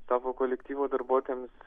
savo kolektyvo darbuotojams